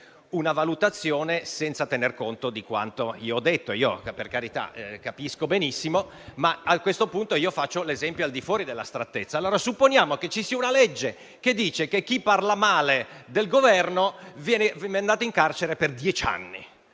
una valutazione senza tener conto di quanto ho detto. Per carità, capisco benissimo, ma a questo punto faccio un esempio al di fuori dell'astrattezza: supponiamo che ci sia una legge che dice che chi parla male del Governo vada in carcere per dieci anni,